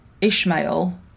Ishmael